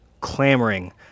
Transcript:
clamoring